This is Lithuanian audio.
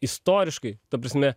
istoriškai ta prasme